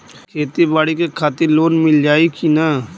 खेती बाडी के खातिर लोन मिल जाई किना?